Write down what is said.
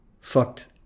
fucked